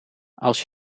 als